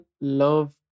love